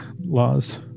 laws